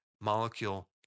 molecule